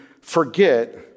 forget